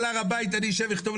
נגיד את ההערות שלנו,